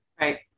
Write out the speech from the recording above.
Right